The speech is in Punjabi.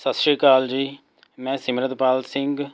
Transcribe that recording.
ਸਤਿ ਸ਼੍ਰੀ ਅਕਾਲ ਜੀ ਮੈਂ ਸਿਮਰਤਪਾਲ ਸਿੰਘ